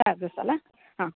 ಆಗುತ್ತಲ್ಲ ಹಾಂ